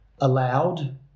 allowed